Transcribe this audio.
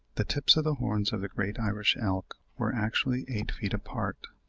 the tips of the horns of the great irish elk were actually eight feet apart!